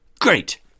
Great